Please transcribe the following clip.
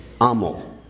amo